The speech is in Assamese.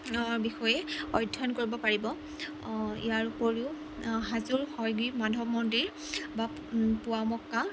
বিষয়ে অধ্যয়ন কৰিব পাৰিব ইয়াৰ ওপৰিও হাজোৰ হয়গ্ৰীব মাধৱ মন্দিৰ বা পোৱামক্কা